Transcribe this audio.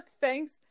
Thanks